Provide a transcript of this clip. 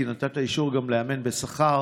כי נתת אישור גם לאמן בשכר,